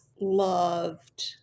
loved